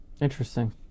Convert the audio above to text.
Interesting